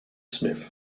smith